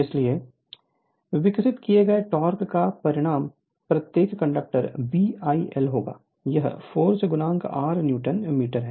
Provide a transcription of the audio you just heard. इसलिए विकसित किए गए टोक़ का परिमाण प्रत्येक कंडक्टर B IL होगा यह फोर्स r न्यूटन मीटर है